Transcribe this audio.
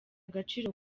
agaciro